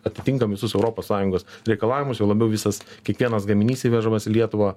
atitinkam visus europos sąjungos reikalavimus juo labiau visas kiekvienas gaminys įvežamas į lietuvą